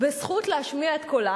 וזכות להשמיע את קולה,